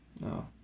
No